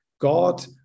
God